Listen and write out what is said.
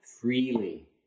freely